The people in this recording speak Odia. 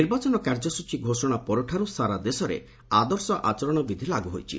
ନିର୍ବାଚନ କାର୍ଯ୍ୟସ୍ଚୀ ଘୋଷଣା ପରଠାରୁ ସାରା ଦେଶରେ ଆଦର୍ଶ ଆଚରଣ ବିଧି ଲାଗୁ ହୋଇଛି